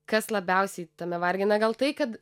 kas labiausiai tame vargina gal tai kad